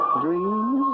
dreams